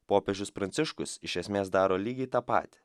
popiežius pranciškus iš esmės daro lygiai tą patį